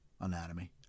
Anatomy